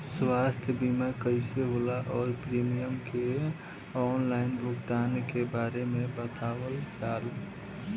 स्वास्थ्य बीमा कइसे होला और प्रीमियम के आनलाइन भुगतान के बारे में बतावल जाव?